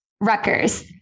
Rutgers